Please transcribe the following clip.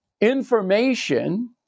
information